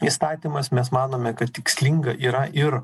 įstatymas mes manome kad tikslinga yra ir